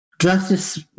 Justice